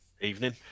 Evening